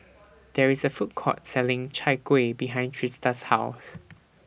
There IS A Food Court Selling Chai Kuih behind Trista's House